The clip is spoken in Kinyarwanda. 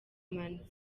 man